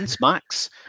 max